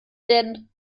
denn